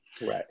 Right